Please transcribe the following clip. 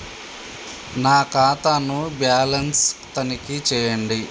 నా ఖాతా ను బ్యాలన్స్ తనిఖీ చేయండి?